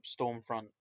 Stormfront